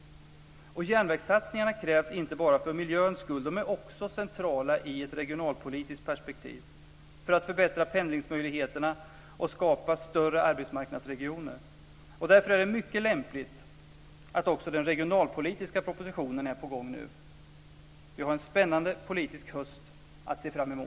Järnvägssatsningarna krävs inte bara för miljöns skull, utan de är centrala också i ett regionalpolitiskt perspektiv för att förbättra pendlingsmöjligheterna och skapa större arbetsmarknadsregioner. Därför är det mycket lämpligt att också den regionalpolitiska propositionen nu är på gång. Vi har alltså en spännande politisk höst att se fram emot.